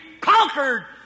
conquered